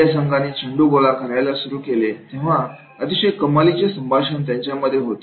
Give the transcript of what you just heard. पहिल्या संघाने चेंडू गोळा करायला सुरू केले तेव्हा अतिशय कमालीचे संभाषण त्यांच्यामध्ये होते